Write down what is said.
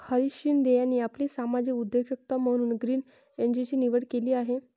हरीश शिंदे यांनी आपली सामाजिक उद्योजकता म्हणून ग्रीन एनर्जीची निवड केली आहे